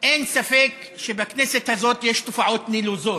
אין ספק שבכנסת הזאת יש תופעות נלוזות,